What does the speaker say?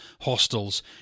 hostels